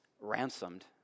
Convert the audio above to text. ransomed